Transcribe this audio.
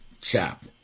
chap